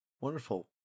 Wonderful